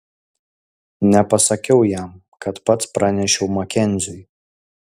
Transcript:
nepasakiau jam kad pats pranešiau makenziui